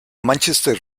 manchester